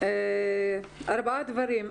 ארבעה דברים.